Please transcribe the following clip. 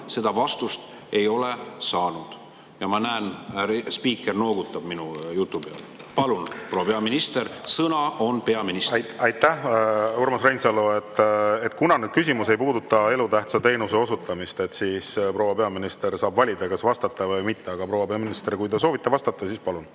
seda vastust ei ole saanud. Ja ma näen, et härra spiiker noogutab minu jutu peale. Palun, proua peaminister! Sõna on peaministril. Aitäh, Urmas Reinsalu! Kuna küsimus ei puudutanud elutähtsa teenuse osutamist, siis proua peaminister saab valida, kas vastata või mitte. Aga, proua peaminister, kui te soovite vastata, siis palun!